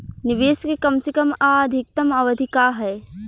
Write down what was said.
निवेश के कम से कम आ अधिकतम अवधि का है?